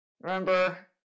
remember